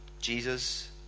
Jesus